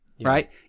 Right